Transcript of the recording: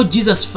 Jesus